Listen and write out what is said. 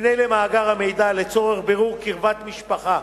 יפנה למאגר המידע לצורך בירור קרבת משפחה